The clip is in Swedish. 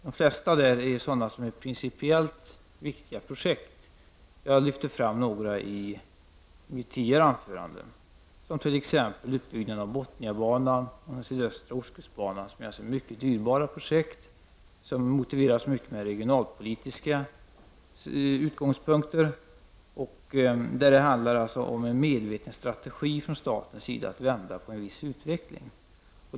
De flesta av dessa gäller principiellt viktiga projekt. Jag lyfte fram några av dem i mitt tidigare anförande, t.ex. utbyggnaden av Bothniabanan och södra ostkustbanan. De är mycket dyrbara projekt som kan motiveras från regionalpolitiska utgångspunkter. Där handlar det alltså om en medveten strategi från statens sida, att man vänder på en viss utveckling.